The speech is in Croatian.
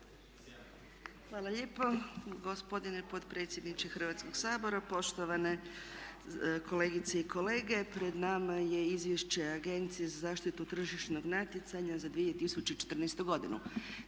Hvala lijepo gospodine potpredsjedniče Hrvatskog sabora, poštovane kolegice i kolege. Pred nama je Izvješće Agencije za zaštitu tržišnog natjecanja za 2014. godinu.